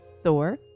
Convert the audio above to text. thor